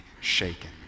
shaken